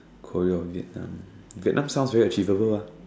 Korea or Vietnam Vietnam sounds very achievable